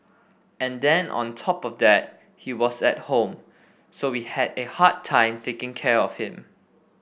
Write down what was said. and then on top of that he was at home so we had a hard time taking care of him